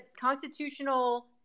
constitutional